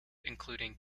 including